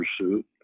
pursuit